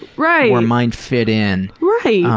right! where mine fit in. right!